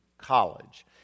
College